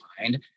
mind